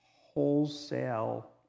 wholesale